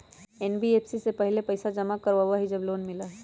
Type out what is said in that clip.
NBFC पहले पईसा जमा करवहई जब लोन मिलहई?